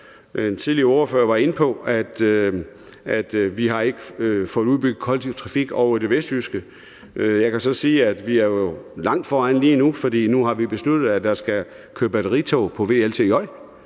En tidligere ordfører var inde på, at vi ikke har fået udbygget den kollektive trafik ovre i det vestjyske. Jeg kan så sige, at vi er langt foran lige nu, for nu har vi besluttet, at der skal køre batteritog på VLTJ-banen.